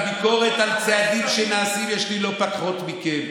ביקורת על התנהלות הממשלה יש לי לא פחות מלכם.